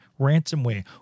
ransomware